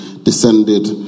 descended